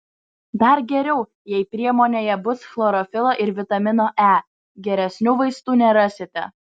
dar geriau jei priemonėje bus chlorofilo ir vitamino e geresnių vaistų nerasite